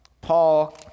Paul